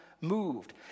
moved